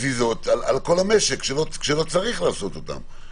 פזיזות על כל המשק כשלא צריך לעשות אותן.